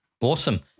Awesome